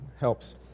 helps